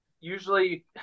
usually